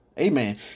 Amen